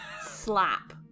slap